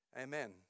Amen